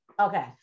okay